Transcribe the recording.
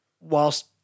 whilst